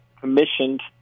commissioned